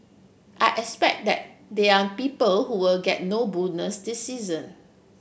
I expect that they are people who will get no bonus this season